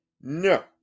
No